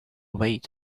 wait